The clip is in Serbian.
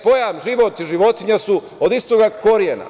Pojam život i životinja su od istog korena.